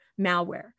malware